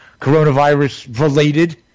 coronavirus-related